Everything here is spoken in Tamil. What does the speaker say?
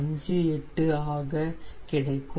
58 ஆக கிடைக்கும்